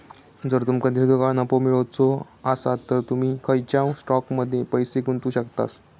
जर तुमका दीर्घकाळ नफो मिळवायचो आसात तर तुम्ही खंयच्याव स्टॉकमध्ये पैसे गुंतवू शकतास